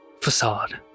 facade